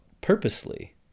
purposely